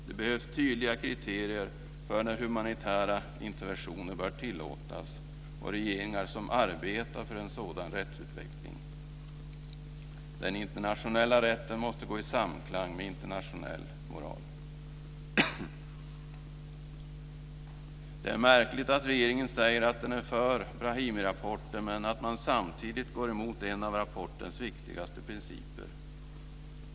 Det behövs tydliga kriterier för när humanitära interventioner bör tillåtas och för regeringar som arbetar för en sådan rättsutveckling. Den internationella rätten måste gå i samklang med internationell moral. Det är märkligt att regeringen säger att den är för Brahimirapporten men att man samtidigt går emot en av rapportens viktigaste principer.